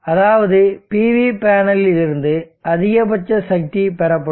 அதாவது PV பேனலில் இருந்து அதிகபட்ச சக்தி பெறப்படும்